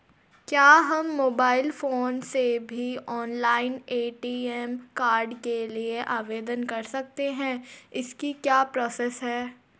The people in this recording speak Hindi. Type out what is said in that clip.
क्या हम मोबाइल फोन से भी ऑनलाइन ए.टी.एम कार्ड के लिए आवेदन कर सकते हैं इसकी क्या प्रोसेस है?